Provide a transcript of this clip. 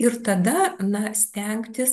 ir tada na stengtis